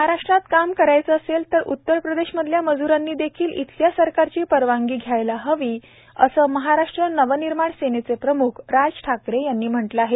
महाराष्ट्रात काम करायचं असेल तर उत्तरप्रदेशमधल्या मज्रांनी देखील इथल्या सरकारची परवानगी घ्यायला हवी असं महाराष्ट्र नवनिर्माण सेनेचे प्रम्ख राज ठाकरे यांनी म्हटलं आहे